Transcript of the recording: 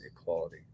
equality